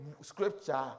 scripture